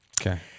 Okay